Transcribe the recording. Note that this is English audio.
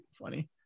funny